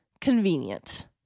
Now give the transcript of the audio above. convenient